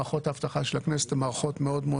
מערכות האבטחה של הכנסת הן מערכות מאוד מאוד